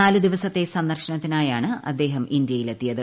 നാലു ദിവസത്തെ സന്ദർശനത്തിനായാണ് അദ്ദേഹം ഇന്ത്യയിലെത്തിയത്